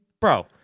bro